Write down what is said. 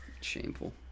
Shameful